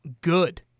Good